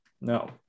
no